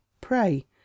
Pray